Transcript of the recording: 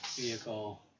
vehicle